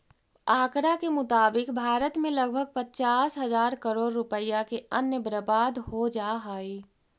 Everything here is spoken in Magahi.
आँकड़ा के मुताबिक भारत में लगभग पचास हजार करोड़ रुपया के अन्न बर्बाद हो जा हइ